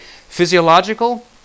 Physiological